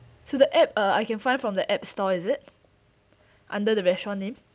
so the app uh I can find from the app store is it under the restaurant name